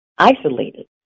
isolated